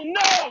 no